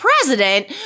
president